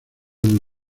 del